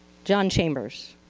john chambers.